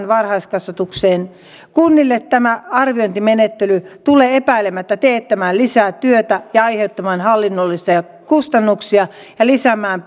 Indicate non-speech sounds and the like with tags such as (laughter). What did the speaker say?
(unintelligible) varhaiskasvatukseen kunnille tämä arviointimenettely tulee epäilemättä teettämään lisää työtä ja aiheuttamaan hallinnollisia kustannuksia ja lisäämään